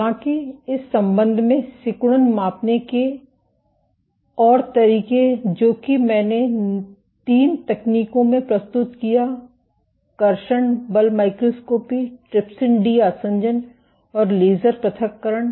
हालांकि इस संबंध में सिकुड़न मापने के और तरीके जो कि मैंने तीन तकनीकों में प्रस्तुत किया कर्षण बल माइक्रोस्कोपी ट्रिप्सिन डी आसंजन और लेजर पृथक्करण